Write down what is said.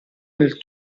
nel